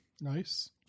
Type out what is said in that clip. Nice